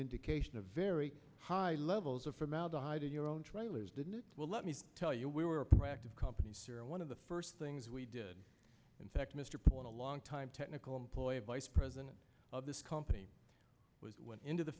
indication of very high levels of formaldehyde in your own trailers didn't it well let me tell you we were practive companies here and one of the first things we did in fact mr paul in a long time technical employer vice president of this company was into the